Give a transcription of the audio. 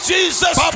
Jesus